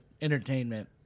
entertainment